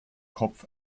kopf